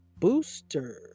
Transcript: booster